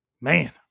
Man